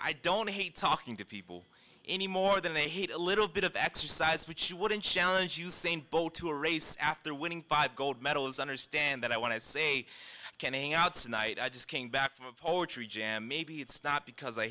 i don't hate talking to people any more than they hate a little bit of exercise which you wouldn't challenge you same boat to a race after winning five gold medals understand that i want to say canning outs night i just came back from a poetry jam maybe it's not because i